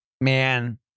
man